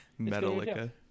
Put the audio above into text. Metallica